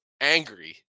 angry